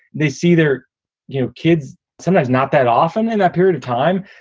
they see their you know kids sometimes not that often in that period of time.